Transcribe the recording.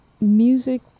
music